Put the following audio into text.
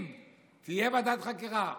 אם תהיה ועדת חקירה,